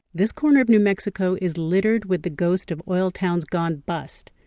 this corner of new mexico is littered with the ghosts of oil towns gone bust.